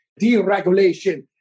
deregulation